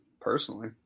personally